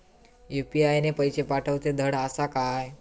UPI ने पैशे पाठवूचे धड आसा काय?